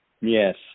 Yes